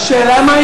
אבל השאלה,